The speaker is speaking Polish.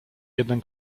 jeden